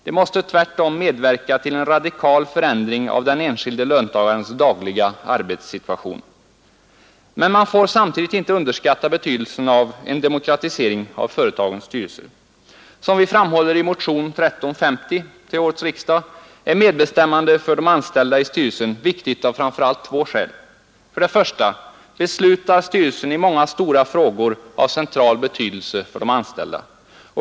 De måste tvärtom medverka till en radikal förändring av den enskilde löntagarens dagliga arbetssituation. Men man får samtidigt inte underskatta betydelsen av en demokratisering av företagens styrelser. Som vi framhåller i motionen 1350 till årets riksdag är medbestämmande för de anställda i styrelsen viktigt av framför allt två skäl. För det första beslutar styrelsen i många stora frågor av central betydelse för de anställda.